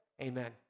Amen